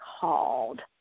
called